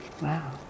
wow